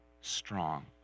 strong